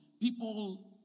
people